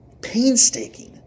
painstaking